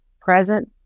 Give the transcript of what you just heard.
present